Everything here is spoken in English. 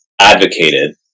advocated